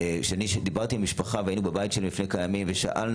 כשאני דיברתי עם המשפחה והיינו בבית שלהם לפני כמה ימים ושאלנו,